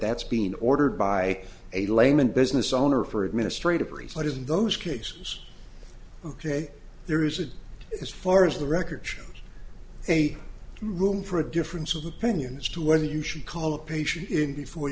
that's been ordered by a layman business owner for administrative reason it is in those cases ok there isn't as far as the records show a room for a difference of opinion as to whether you should call a patient in before